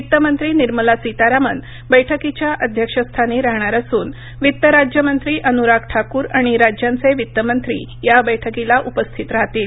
वित्त मंत्री निर्मला सीतारामन बैठकीच्या अध्यक्षस्थानी राहणार असून वित्त राज्यमंत्री अनुराग ठाकूर आणि राज्यांचे वित्त मंत्री या बैठकीला उपस्थित राहतील